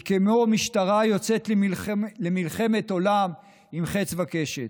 כמו משטרה שיוצאת למלחמת עולם עם חץ וקשת.